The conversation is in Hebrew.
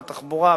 התחבורה,